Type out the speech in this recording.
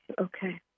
Okay